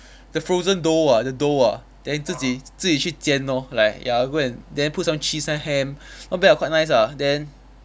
the frozen dough ah the dough ah then 自己自己去煎 lor like ya I go and then put some cheese and ham not bad ah quite nice ah then